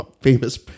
famous